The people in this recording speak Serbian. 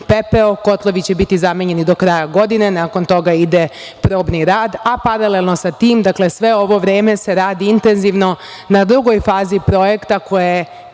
pepeo. Kotlovi će biti zamenjeni do kraja godine, nakon toga ide probni rad, a paralelno sa tim sve ovo se radi intenzivno na drugoj fazi projekta koji je